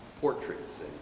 Portraits